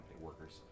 workers